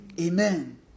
Amen